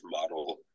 model